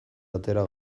atera